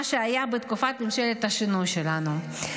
מה שהיה בתקופת ממשלת השינוי שלנו.